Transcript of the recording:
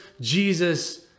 Jesus